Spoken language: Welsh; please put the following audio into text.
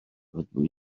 rydw